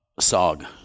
SOG